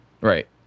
Right